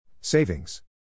Savings